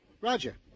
Roger